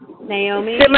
Naomi